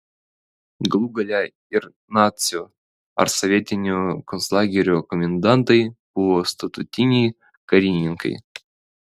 galų gale ir nacių ar sovietinių konclagerių komendantai buvo statutiniai karininkai